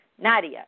Nadia